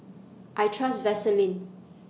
I Trust Vaselin